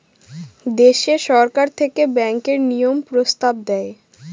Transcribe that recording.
দেশে সরকার থেকে ব্যাঙ্কের নিয়ম প্রস্তাব দেয়